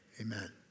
amen